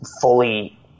fully